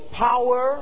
power